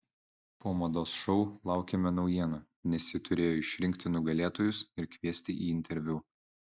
po mados šou laukėme naujienų nes ji turėjo išrinkti nugalėtojus ir kviesti į interviu